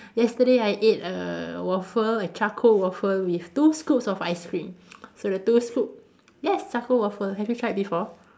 yesterday I ate a waffle a charcoal waffle with two scoops of ice cream so the two scoop yes charcoal waffle have you tried before